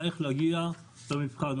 איך להגיע למבחן,